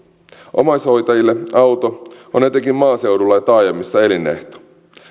omaishoitajille auto on etenkin maaseudulla ja taajamissa elinehto